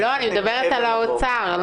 אני מדברת על האוצר.